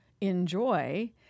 enjoy